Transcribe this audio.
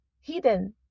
hidden